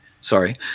Sorry